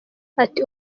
ati